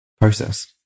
process